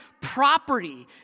property